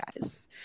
guys